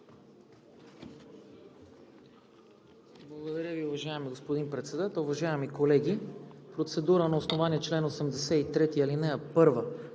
Благодаря Ви, уважаеми господин Председател. Уважаеми колеги, процедура на основание чл. 83, ал. 1